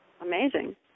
amazing